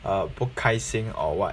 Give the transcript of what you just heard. err 不开心 or what